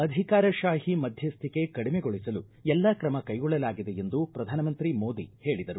ಅಧಿಕಾರತಾಹಿ ಮಧ್ಯಸ್ಥಿಕೆ ಕಡಿಮೆಗೊಳಿಸಲು ಎಲ್ಲಾ ಕ್ರಮ ಕೈಗೊಳ್ಳಲಾಗಿದೆ ಎಂದು ಪ್ರಧಾನಮಂತ್ರಿ ಮೋದಿ ಹೇಳಿದರು